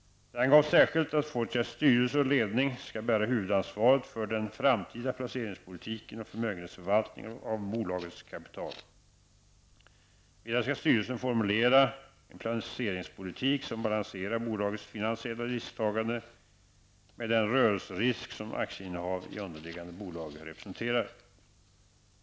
Det angavs särskilt att Fortias styrelse och ledning skall bära huvudansvaret för den framtida placeringspolitiken och förmögenhetsförvaltningen av bolagets kapital. Vidare skall styrelsen formulera en placeringspolitik som balanserar bolagets finansiella risktagande med den rörelserisk som aktieinnehav i underliggande bolag representerar.